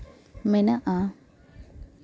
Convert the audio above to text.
ᱢᱮᱱᱟᱜᱼᱟ